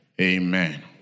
amen